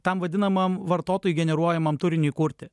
tam vadinamam vartotojų generuojamam turiniui kurti